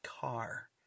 car